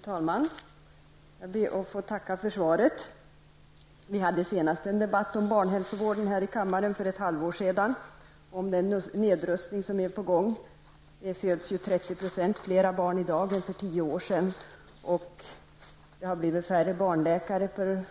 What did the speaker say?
Fru talman! Jag ber att få tacka för svaret. Vi hade senast en debatt om barnhälsovården här i kammaren för ett halvår sedan. Då talade vi bl.a. om den pågående nedrustningen. Det föds ju 30 % fler barn i dag än för tio år sedan, och det har blivit färre barnläkare per